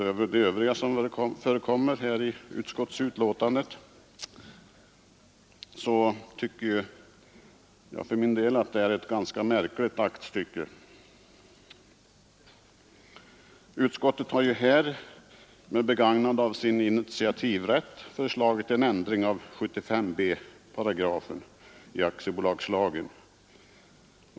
Med begagnande av sin initiativrätt har utskottet här föreslagit en ändring av 75 b-paragrafen i aktiebolagslagen.